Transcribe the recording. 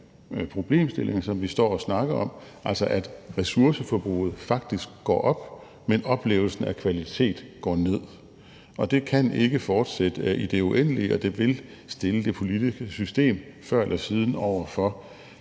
problemstillinger, som vi står og snakker om, altså at ressourceforbruget faktisk går op, mens oplevelsen af kvalitet går ned. Og det kan ikke fortsætte i det uendelige, og det vil før eller siden stille det politiske system over for